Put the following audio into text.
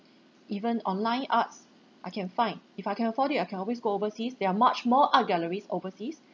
even online arts I can find if I can afford it I can always go overseas there are much more art galleries overseas